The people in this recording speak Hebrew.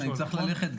אני גם צריך ללכת,